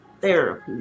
therapy